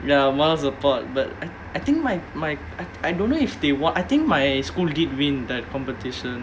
ya moral support but I I think my my I I don't know if they won I think my school did win that competition